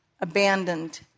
abandoned